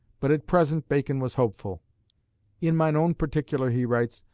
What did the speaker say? but at present bacon was hopeful in mine own particular, he writes,